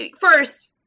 First